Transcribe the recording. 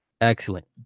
Excellent